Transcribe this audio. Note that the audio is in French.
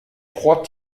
trois